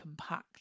compact